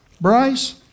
Bryce